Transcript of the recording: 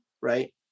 right